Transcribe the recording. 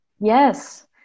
Yes